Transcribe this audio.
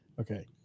Okay